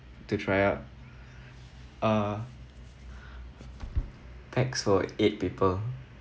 to try out uh pax for eight people